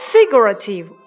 Figurative